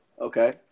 Okay